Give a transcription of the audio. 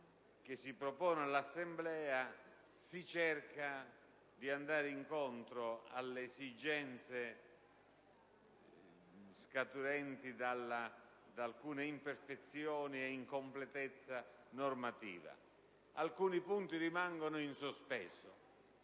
che si propone all'Assemblea si cerca di andare incontro alle esigenze scaturenti da alcune imperfezioni e dall'incompletezza della normativa. Alcuni punti rimangono sicuramente